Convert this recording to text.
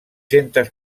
centes